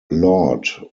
lord